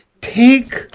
take